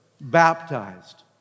baptized